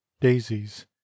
daisies